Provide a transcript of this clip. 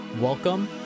Welcome